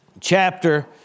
chapter